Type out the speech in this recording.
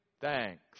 thanks